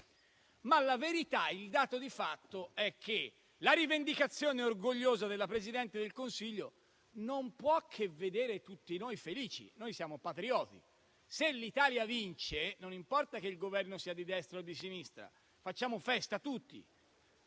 La verità, però, il dato di fatto è che la rivendicazione orgogliosa della Presidente del Consiglio non può che vedere tutti noi felici. Noi siamo patrioti. Se l'Italia vince, non importa che il Governo sia di destra o di sinistra, facciamo festa tutti.